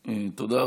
תודה.